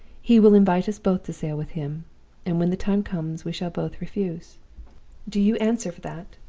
he will invite us both to sail with him and when the time comes, we shall both refuse do you answer for that